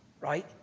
Right